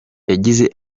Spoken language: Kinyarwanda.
yagize